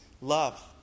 Love